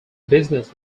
business